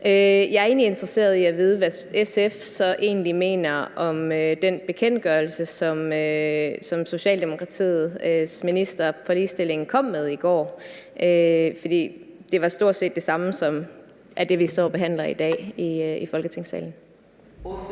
egentlig interesseret i at vide, hvad SF så egentlig mener om den bekendtgørelse, som Socialdemokratiets minister for ligestilling kom med i går, for det var stort set det samme som det, vi står og behandler i dag i Folketingssalen.